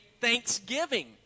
thanksgiving